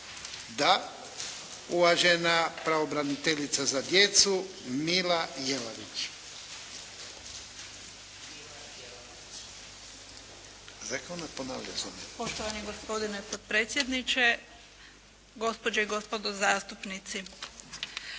Da. Uvažena pravobraniteljica za djecu, Mila Jelavić.